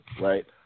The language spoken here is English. right